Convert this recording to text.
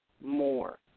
more